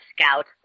scout